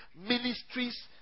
ministries